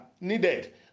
needed